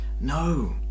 No